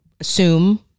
assume